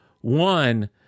one